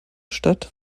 stadt